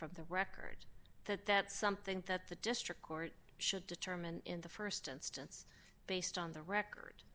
from the record that that something that the district court should determine in the st instance based on the record